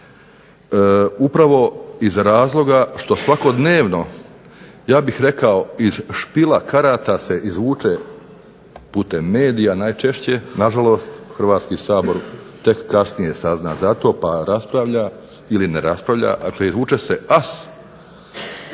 upravo iz razloga što svakodnevno iz špila karata se izvuče putem medija najčešće, na žalost, Hrvatski sabor tek kasnije sazna za to i raspravlja ili ne raspravlja. Dakle, izvuče se As